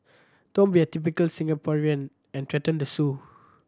don't be a typical Singaporean and threaten to sue